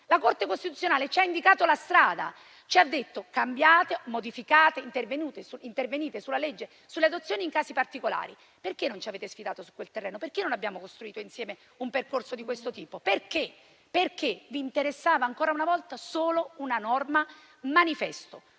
La Corte costituzionale ci ha indicato la strada e ci ha detto di cambiare e modificare, intervenendo sulle adozioni in casi particolari. Perché non ci avete sfidato su quel terreno? Perché non abbiamo costruito insieme un percorso di questo tipo? Perché? Perché vi interessava ancora una volta solo una norma manifesto